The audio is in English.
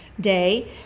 day